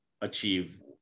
achieve